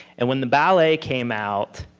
and when the ballet came out,